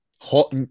hot